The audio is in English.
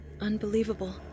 Unbelievable